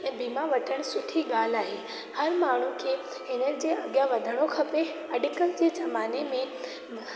ऐं बीमा वठण सुठी ॻाल्हि आहे हर माण्हूअ खे हिननि जे अगियां वधिणो खपे अॼुकल्ह ज़माने में